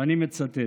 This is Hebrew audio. ואני מצטט: